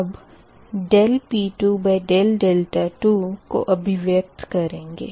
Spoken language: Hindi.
अब dP2d2 को अभिव्यक्त करेंगे